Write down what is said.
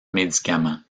médicament